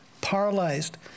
paralyzed